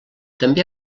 també